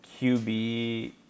QB